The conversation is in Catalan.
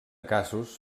casos